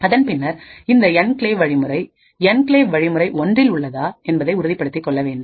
அதன் பின்னர் இந்த என்கிளேவ் வழிமுறைஎன்கிளேவ் வழிமுறை ஒன்றில்enclave mode1 உள்ளதா என்பதை உறுதிப்படுத்திக் கொள்ள வேண்டும்